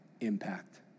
impact